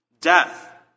death